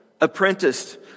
apprenticed